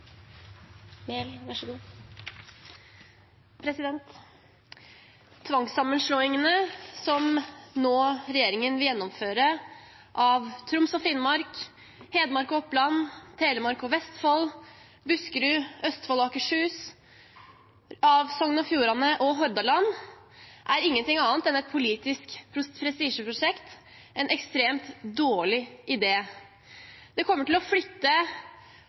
Tvangssammenslåingene som regjeringen nå vil gjennomføre – av Troms og Finnmark, av Hedmark og Oppland, av Telemark og Vestfold, av Buskerud, Østfold og Akershus og av Sogn og Fjordane og Hordaland – er ingenting annet enn et politisk prestisjeprosjekt, en ekstremt dårlig idé. Det kommer til å flytte